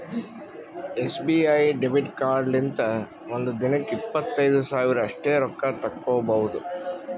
SBI debit ಕಾರ್ಡ್ಲಿಂತ ಒಂದ್ ದಿನಕ್ಕ ಇಪ್ಪತ್ತೈದು ಸಾವಿರ ಅಷ್ಟೇ ರೊಕ್ಕಾ ತಕ್ಕೊಭೌದು